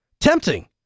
Tempting